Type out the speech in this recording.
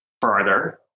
further